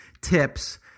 tips